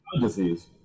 disease